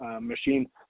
machine